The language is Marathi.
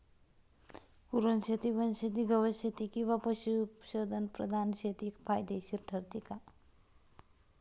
कुरणशेती, वनशेती, गवतशेती किंवा पशुधन प्रधान शेती फायदेशीर ठरते का?